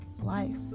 life